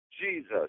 Jesus